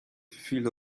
field